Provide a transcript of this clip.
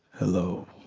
hello